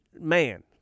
man